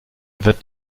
wird